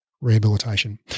Rehabilitation